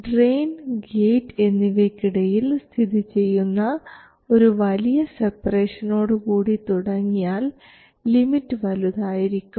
drain gate എന്നിവയ്ക്കിടയിൽ സ്ഥിതിചെയ്യുന്ന ഒരു വലിയ സെപ്പറേഷനോടുകൂടി തുടങ്ങിയാൽ ലിമിറ്റ് വലുതായിരിക്കും